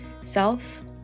self